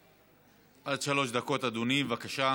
עד שלוש דקות, אדוני, בבקשה.